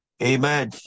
Amen